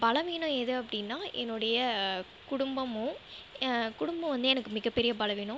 பலவீனம் எது அப்படினா என்னோடைய குடும்பமும் குடும்பம் வந்து எனக்கு மிகப்பெரிய பலவீனம்